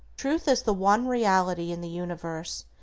truth is the one reality in the universe,